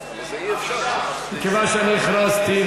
מכיוון שאני הכרזתי,